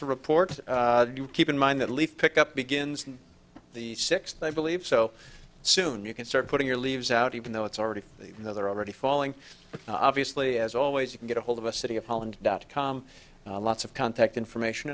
to report to keep in mind that leaf pick up begins in the sixth i believe so soon you can start putting your leaves out even though it's already even though they're already falling but obviously as always you can get ahold of a city of holland dot com lots of contact information